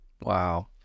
Wow